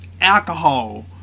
alcohol